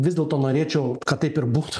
vis dėlto norėčiau kad taip ir būtų